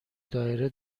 دایره